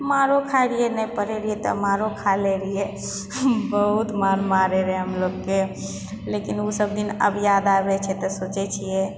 मारो खाय रहियै नहि पढ़य रहियै तऽ मारो खाइ लए रहियै बहुत मारि मारय रहय हम लोगके लेकिन उसब दिन आब याद आबय छियै तऽ सोचय छियै